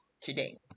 today